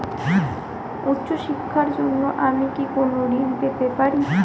উচ্চশিক্ষার জন্য আমি কি কোনো ঋণ পেতে পারি?